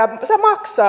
se maksaa